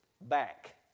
back